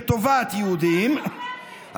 לטובת יהודים,